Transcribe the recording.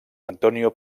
antonio